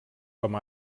com